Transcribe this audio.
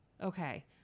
Okay